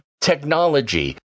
technology